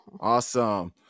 Awesome